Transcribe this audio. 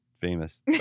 famous